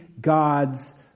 God's